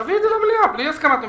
תביא את זה למליאה בלי הסכמת ממשלה.